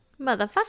Motherfucker